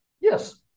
Yes